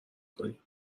کنیم